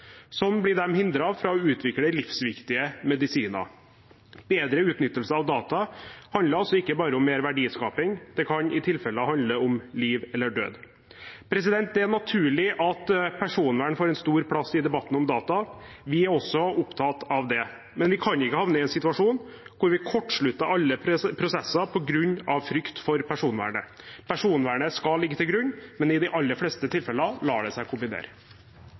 fra å utvikle livsviktige medisiner. Bedre utnyttelse av data handler altså ikke bare om mer verdiskaping, det kan i noen tilfeller handle om liv eller død. Det er naturlig at personvern får en stor plass i debatten om data. Vi er også opptatt av det, men vi kan ikke havne i en situasjon der vi kortslutter alle prosesser på grunn av frykt for personvernet. Personvernet skal ligge til grunn, men i de aller fleste tilfeller lar det seg kombinere.